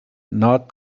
not